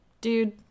dude